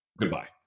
Goodbye